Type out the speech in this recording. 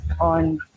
on